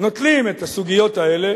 נוטלים את הסוגיות האלה